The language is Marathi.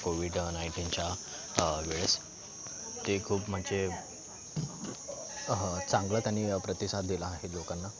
कोविड नाईनटीनच्या वेळेस ते खूप म्हणजे चांगलं त्यांनी प्रतिसाद दिला आहे लोकांना